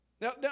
Now